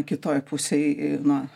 kitoj pusėj na